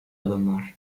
adımlar